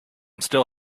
still